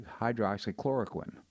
hydroxychloroquine